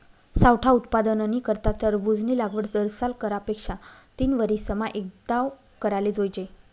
सावठा उत्पादननी करता टरबूजनी लागवड दरसाल करा पेक्षा तीनवरीसमा एकदाव कराले जोइजे